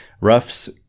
Ruff's